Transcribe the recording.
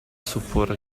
supporre